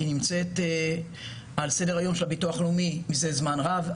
היא נמצאת על סדר היום של הביטוח הלאומי מזה זמן רב.